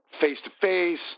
face-to-face